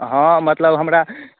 हँ मतलब हमरा